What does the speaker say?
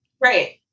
Right